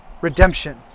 redemption